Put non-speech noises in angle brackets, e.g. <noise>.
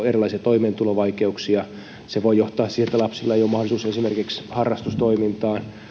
<unintelligible> erilaisia toimeentulovaikeuksia se voi johtaa siihen että lapsilla ei ole mahdollisuutta esimerkiksi harrastustoimintaan